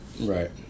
Right